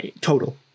total